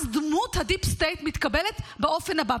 אז דמות הדיפ סטייט מתקבלת באופן הבא,